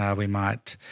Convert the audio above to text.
um we might